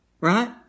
right